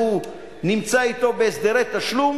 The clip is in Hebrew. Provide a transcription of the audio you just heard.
והוא נמצא אתו בהסדרי תשלום,